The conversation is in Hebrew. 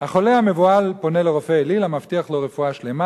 "החולה המבוהל פונה לרופא אליל המבטיח לו רפואה שלמה,